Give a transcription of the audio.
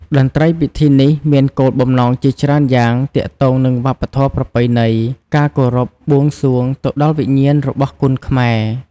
តន្ត្រីពិធីនេះមានគោលបំណងជាច្រើនយ៉ាងទាក់ទងនឹងវប្បធម៌ប្រពៃណី ការគោរព បួងសួងទៅដល់វិញ្ញាណរបស់គុនខ្មែរ។